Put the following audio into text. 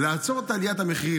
לעצור את עליית המחירים,